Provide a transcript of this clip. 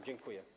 Dziękuję.